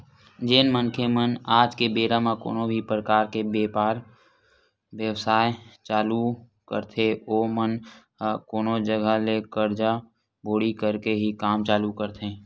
जेन मनखे मन आज के बेरा म कोनो भी परकार के बेपार बेवसाय चालू करथे ओमन ह कोनो जघा ले करजा बोड़ी करके ही काम चालू करथे